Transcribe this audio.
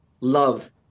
love